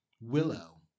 Willow